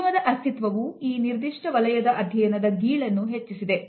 ಮಾಧ್ಯಮದ ಅಸ್ತಿತ್ವವು ಈ ನಿರ್ದಿಷ್ಟ ವಲಯದ ಅಧ್ಯಯನದ ಗೀಳನ್ನು ಹೆಚ್ಚಿಸಿದೆ